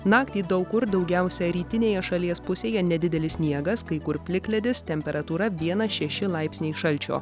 naktį daug kur daugiausia rytinėje šalies pusėje nedidelis sniegas kai kur plikledis temperatūra vienas šeši laipsniai šalčio